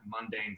mundane